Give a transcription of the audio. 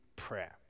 prayer